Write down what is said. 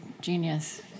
Genius